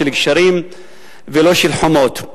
של גשרים ולא של חומות.